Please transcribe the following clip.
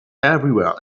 everywhere